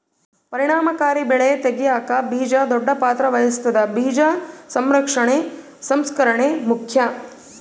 ಪರಿಣಾಮಕಾರಿ ಬೆಳೆ ತೆಗ್ಯಾಕ ಬೀಜ ದೊಡ್ಡ ಪಾತ್ರ ವಹಿಸ್ತದ ಬೀಜ ಸಂರಕ್ಷಣೆ ಸಂಸ್ಕರಣೆ ಮುಖ್ಯ